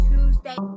Tuesday